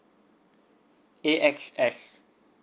A X S